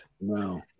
No